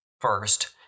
First